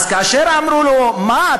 וכאשר אמרו לו: מה,